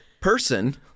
person